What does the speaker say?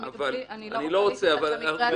אני לא רוצה להתייחס למקרה הספציפי הזה,